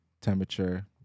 temperature